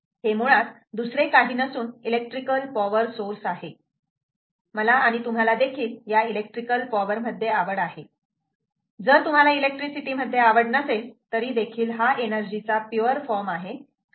हे मुळात दुसरे काही नसून इलेक्ट्रिकल पॉवर सोर्स आहे मला आणि तुम्हाला देखील या इलेक्ट्रिकल पॉवर मध्ये आवड आहे जर तुम्हाला इलेक्ट्रिसिटी मध्ये आवड नसेल तरी देखील हा एनर्जी चा पिवर फॉर्म आहे